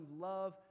love